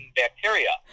bacteria